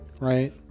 right